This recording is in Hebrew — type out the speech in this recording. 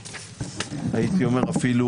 הייתי אומר אפילו,